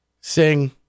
sing